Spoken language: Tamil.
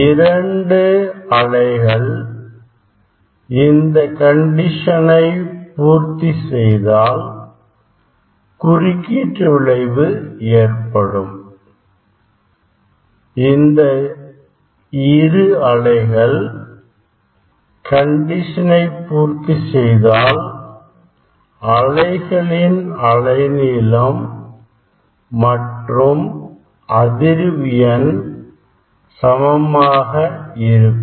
இரண்டுஅலைகள் இந்த கண்டிஷனை பூர்த்தி செய்தாள் குறுக்கீட்டு விளைவு ஏற்படும் இந்த இரு அலைகள் கண்டிஷனை பூர்த்தி செய்தால் அலைகளின் அலை நீளம் மற்றும் அதன் அதிர்வு எண் சமமாக இருக்கும்